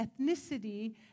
ethnicity